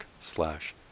slash